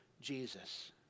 Jesus